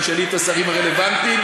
תשאלי את השרים הרלוונטיים.